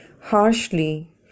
harshly